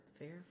Fair